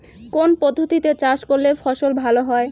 কোন পদ্ধতিতে চাষ করলে ফসল ভালো হয়?